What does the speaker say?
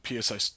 PSI